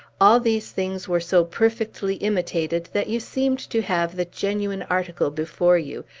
all these things were so perfectly imitated, that you seemed to have the genuine article before you,